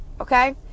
okay